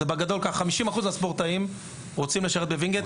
50% מהספורטאים רוצים לשרת בווינגייט.